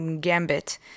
gambit